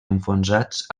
enfonsats